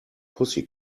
pussy